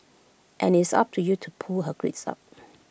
and IT is up to you to pull her grades up